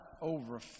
over